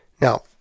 Now